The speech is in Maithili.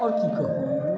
आओर की कहबै